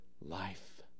life